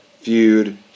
Feud